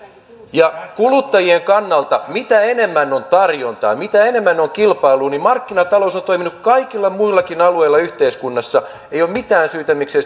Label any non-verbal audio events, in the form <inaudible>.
kuluttajien kannalta mitä enemmän on tarjontaa sitä enemmän on kilpailua niin markkinatalous on toiminut kaikilla muillakin alueilla yhteiskunnassa ei ole mitään syytä miksei <unintelligible>